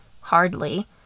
Hardly